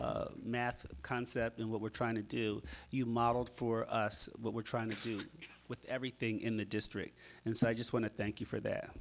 math concept and what we're trying to do you modeled for us what we're trying to do with everything in the district and so i just want to thank you for that